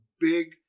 big